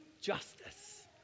justice